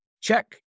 Check